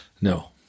No